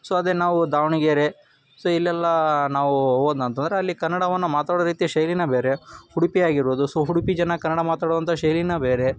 so ಅದೇ ನಾವು Davangere so ಇಲ್ಲೆಲ್ಲ ನಾವು ಹೋದ್ನಂತಂದ್ರೆ ಅಲ್ಲಿ ಕನ್ನಡವನ್ನು ಮಾತಾಡೋ ರೀತಿ ಶೈಲಿನೇ ಬೇರೆ ಉಡುಪಿ ಆಗಿರ್ಬೋದು ಸೊ ಉಡುಪಿ ಜನ ಕನ್ನಡ ಮಾತಾಡುವಂಥ ಶೈಲಿನೇ ಬೇರೆ